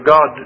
God